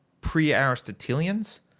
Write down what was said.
pre-Aristotelians